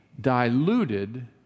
diluted